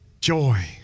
joy